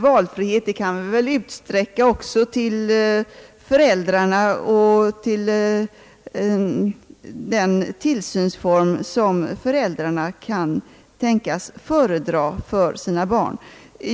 Valfriheten kan vi väl utsträcka också till föräldrarna och till den tillsynsform som föräldrarna kan tänkas föredra för sina barn.